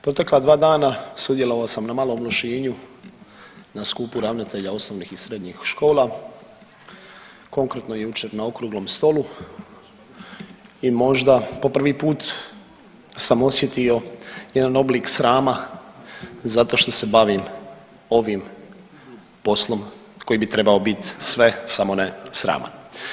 Protekla dva dana sudjelovao sam na Malom Lošinju na skupu ravnatelja osnovnih i srednjih škola, konkretno jučer na okruglom stolu i možda po prvi put sam osjetio jedan oblik srama zato što se bavim ovim poslom koji bi trebao biti sve samo ne sraman.